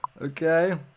Okay